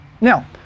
Now